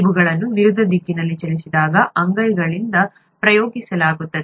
ಇವುಗಳನ್ನು ವಿರುದ್ಧ ದಿಕ್ಕಿನಲ್ಲಿ ಚಲಿಸಿದಾಗ ಅಂಗೈಗಳಿಂದ ಪ್ರಯೋಗಿಸಲಾಗುತ್ತದೆ